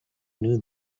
knew